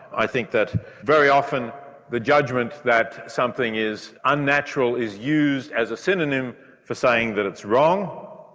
i think that very often the judgment that something is unnatural is used as a synonym for saying that it's wrong,